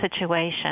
situation